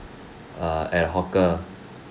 err at hawker